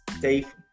Dave